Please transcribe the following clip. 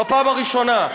בפעם הראשונה.